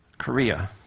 korea.